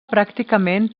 pràcticament